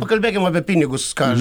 pakalbėkim apie pinigus ką aš